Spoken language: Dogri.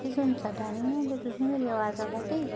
मिगी सनोचा दा नी ऐ कि तुसेंगी मेरी बाज आवै दी